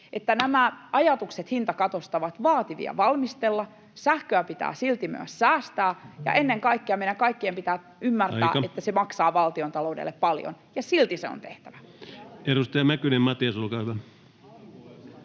nämä ajatukset hintakatosta ovat vaativia valmistella, sähköä pitää silti myös säästää ja ennen kaikkea meidän kaikkien pitää ymmärtää, [Puhemies: Aika!] että se maksaa valtiontaloudelle paljon, ja silti se on tehtävä. [Speech 289] Speaker: